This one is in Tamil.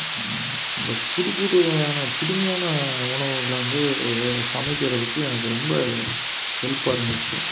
இந்த புது புதுவகையான புதுமையான உணவுகளை வந்து சமைக்கிறதுக்கு எனக்கு ரொம்ப ஹெல்ப்பாக இருந்துச்சு